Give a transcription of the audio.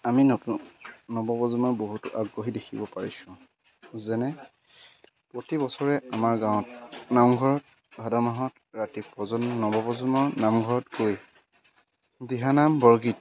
আমি নতুন নৱপ্ৰজন্মৰ বহুতো আগ্ৰহী দেখিব পাৰিছোঁ যেনে প্ৰতিবছৰে আমাৰ গাঁৱত নামঘৰত ভাদ মাহত ৰাতি নৱপ্ৰজন্ম নামঘৰত গৈ দিহানাম বৰগীত